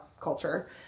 culture